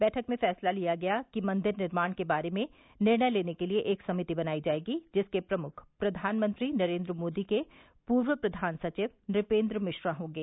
बैठक में फैसला लिया गया कि मंदिर निर्माण के बारे में निर्णय लेने के लिए एक समिति बनाई जाएगी जिसके प्रमुख प्रधानमंत्री न नरेन्द्र मोदी के पूर्व प्रधान सचिव नपेंद्र मिश्रा होंगे